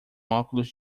óculos